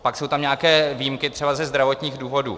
Pak jsou tam nějaké výjimky třeba ze zdravotních důvodů.